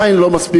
עדיין לא מספיק.